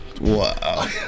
Wow